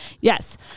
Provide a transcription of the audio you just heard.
yes